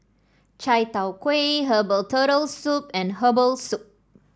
Chai Tow Kuay Herbal Turtle Soup and Herbal Soup